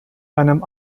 einem